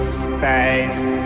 space